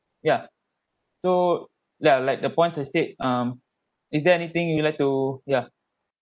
ya so yeah like the points I said um is there anything you would like to ya